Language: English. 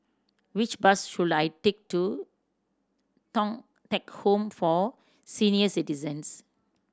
which bus should I take to Thong Teck Home for Senior Citizens